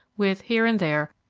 with, here and there,